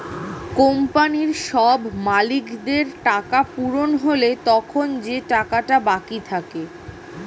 কোম্পানির সব মালিকদের টাকা পূরণ হলে তখন যে টাকাটা বাকি থাকে